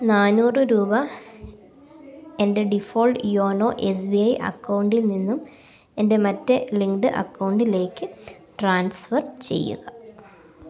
നാനൂറ് രൂപ എൻ്റെ default YONO S B I അക്കൗണ്ടിൽ നിന്നും എൻ്റെ മറ്റേ ലിങ്ക്ഡ് അക്കൗണ്ടിലേക്ക് ട്രാൻസ്ഫർ ചെയ്യുക